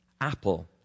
Apple